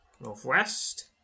northwest